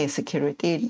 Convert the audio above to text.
Security